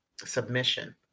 submission